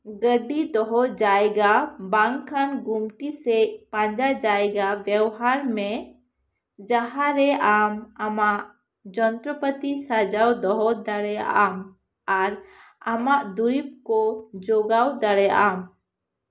ᱜᱟᱹᱰᱤ ᱫᱚᱦᱚ ᱡᱟᱭᱜᱟ ᱵᱟᱝ ᱠᱷᱟᱱ ᱜᱩᱢᱴᱤ ᱥᱮᱫ ᱯᱟᱸᱡᱟ ᱡᱟᱭᱜᱟ ᱵᱮᱣᱦᱟᱨ ᱢᱮ ᱡᱟᱦᱟᱸ ᱨᱮ ᱟᱢ ᱟᱢᱟᱜ ᱡᱚᱱᱛᱨᱚ ᱯᱟᱹᱛᱤ ᱥᱟᱡᱟᱣ ᱫᱚᱦᱚ ᱫᱟᱲᱮᱭᱟᱜᱼᱟᱢ ᱟᱨ ᱟᱢᱟᱜ ᱫᱩᱨᱤᱵᱽ ᱠᱚ ᱡᱚᱜᱟᱣ ᱫᱟᱲᱮᱭᱟᱜᱼᱟᱢ